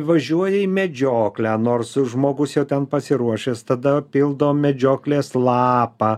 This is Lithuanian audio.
važiuoja į medžioklę nors žmogus jau ten pasiruošęs tada pildo medžioklės lapą